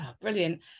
brilliant